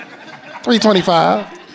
325